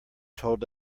told